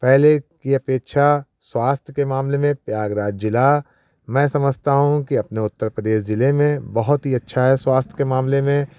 पहले की अपेक्षा स्वास्थ्य के मामले में प्रयागराज जिला मैं समझता हूँ कि अपने उत्तर प्रदेश जिले में बहुत ही अच्छा है स्वास्थ्य के मामले में